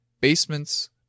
basements